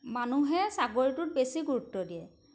মানুহে চাকৰিটোত বেছি গুৰুত্ব দিয়ে